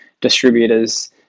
distributors